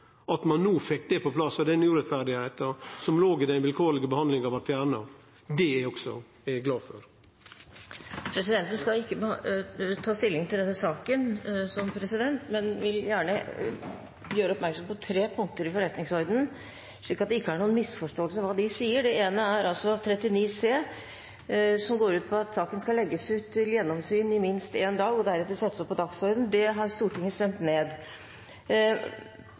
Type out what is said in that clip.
behandlinga frå desse fem kontora, er eg glad for. Presidenten skal ikke ta stilling til denne saken som president, men vil gjøre oppmerksom på tre punkter i forretningsorden, slik at det ikke er noen misforståelse om hva de sier. Det ene er § 39 c, som går ut på at saken skal legges ut til gjennomsyn i minst én dag, og deretter settes opp på dagsorden. Det har Stortinget stemt ned.